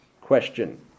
question